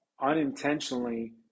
unintentionally